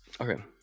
Okay